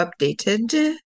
updated